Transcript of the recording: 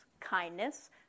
kindness